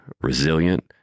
resilient